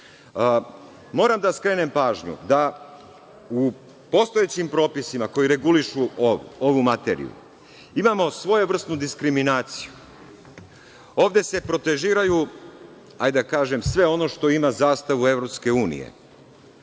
da skrenem pažnju da u postojećim propisima koji regulišu ovu materiju imamo svojevrsnu diskriminaciju. Ovde se protežiraju, hajde da kažem, sve ono što ima zastavu EU,